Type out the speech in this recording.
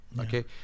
Okay